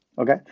Okay